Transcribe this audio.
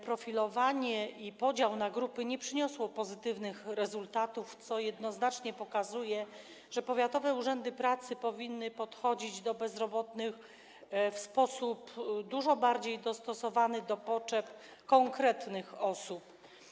Profilowanie i podział na grupy nie przyniosły pozytywnych rezultatów, co jednoznacznie pokazuje, że powiatowe urzędy pracy powinny podchodzić do problemu bezrobotnych w sposób znacznie bardziej dostosowany do potrzeb konkretnych osób.